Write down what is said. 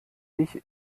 dich